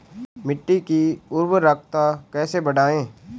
मिट्टी की उर्वरकता कैसे बढ़ायें?